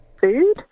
Food